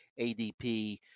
ADP